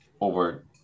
over